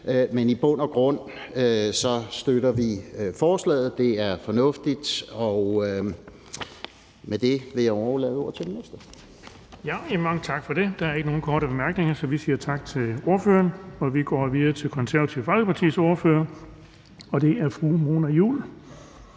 men i bund og grund støtter vi forslaget. Det er fornuftigt, og med det vil jeg overlade ordet til den næste. Kl. 10:12 Den fg. formand (Erling Bonnesen): Der er ikke nogen korte bemærkninger, så vi siger tak til ordføreren. Vi går videre til Det Konservative Folkepartis ordfører, og det er fru Mona Juul.